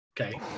Okay